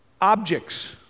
objects